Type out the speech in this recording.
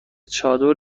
چادر